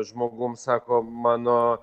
žmogum sako mano